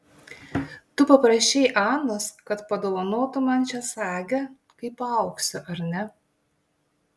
tu paprašei anos kad padovanotų man šią sagę kai paaugsiu ar ne